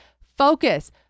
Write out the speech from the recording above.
focus